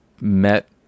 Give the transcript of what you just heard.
met